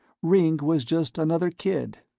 ringg was just another kid.